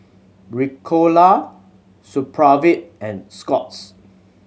Ricola Supravit and Scott's